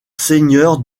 seigneur